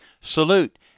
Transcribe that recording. Salute